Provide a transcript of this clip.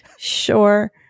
Sure